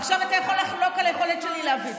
עכשיו אתה יכול לחלוק על היכולת שלי להבין.